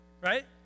Right